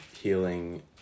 healing